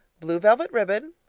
blue velvet ribbon.